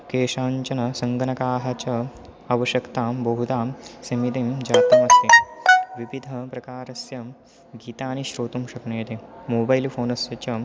केषाञ्चन सङ्गणकाः च आवश्यकतां बहुधा सम्मिलं जातमस्ति विविधप्रकारस्य गीतानि श्रोतुं शक्नुते मोबैल् फ़ोनस्य च